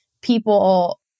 people